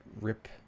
rip